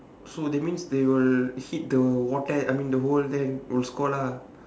so that means they will hit the I mean the then will score lah